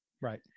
Right